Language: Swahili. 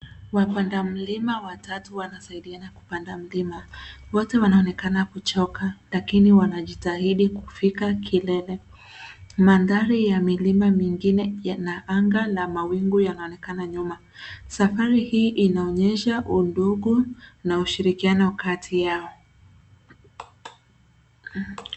Wapanda mlima watatu wanasaidiana kupanda mlima. Wote wanaonekana kuchoka lakini wanajitahidi kufika kilele. Mandhari ya milima mingine yana anga na mawingu yanaonekana nyuma. Safari hii inaonyesha undugu na ushirikiano kati yao.